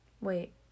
Wait